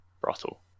Brothel